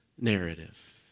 narrative